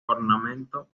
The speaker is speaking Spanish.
ornamento